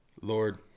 Lord